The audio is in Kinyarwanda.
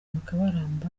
mukabaramba